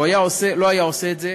הוא לא היה עושה את זה,